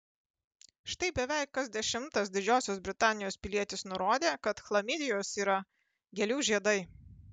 štai beveik kas dešimtas didžiosios britanijos pilietis nurodė kad chlamidijos yra gėlių žiedai